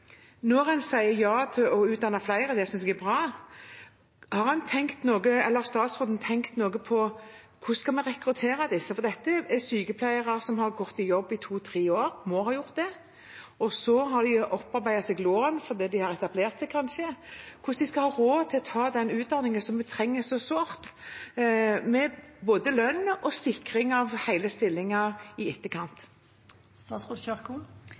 Når en sier ja til å utdanne flere – det synes jeg er bra – har statsråden tenkt noe på hvor vi skal rekruttere disse? Dette er sykepleiere som har gått i jobb i to–tre år, de må ha gjort det, og så har de kanskje opparbeidet seg lån fordi de har etablert seg. Hvordan skal de ha råd til å ta den utdanningen som vi trenger så sårt – med tanke på både lønn og sikring av hele stillinger i